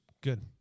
Good